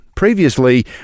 Previously